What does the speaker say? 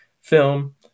film